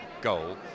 goal